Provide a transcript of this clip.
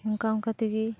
ᱚᱱᱠᱟ ᱚᱱᱠᱟ ᱛᱮᱜᱮ